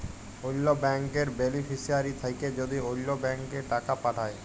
অল্য ব্যাংকের বেলিফিশিয়ারি থ্যাকে যদি অল্য ব্যাংকে টাকা পাঠায়